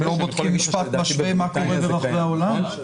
לא בודקים משפט משווה מה קורה ברחבי העולם?